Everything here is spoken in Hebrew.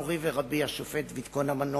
כי איך אמר מורי ורבי, השופט ויתקון המנוח: